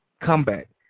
comeback